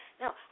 Now